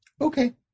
Okay